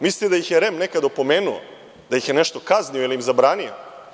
Mislite da ih je REM nekada opomenuo, da ih je nešto kaznio, da im je zabranio.